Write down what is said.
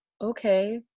okay